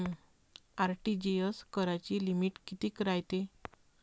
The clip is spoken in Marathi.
आर.टी.जी.एस कराची लिमिट कितीक रायते?